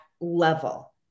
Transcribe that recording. level